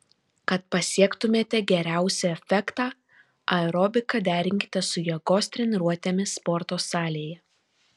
kad pasiektumėte geriausią efektą aerobiką derinkite su jėgos treniruotėmis sporto salėje